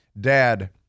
Dad